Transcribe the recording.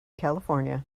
california